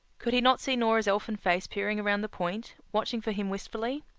could he not see nora's elfin face peering around the point, watching for him wistfully?